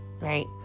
right